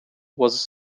was